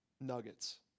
nuggets